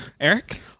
eric